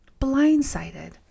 blindsided